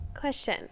Question